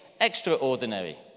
extraordinary